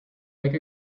like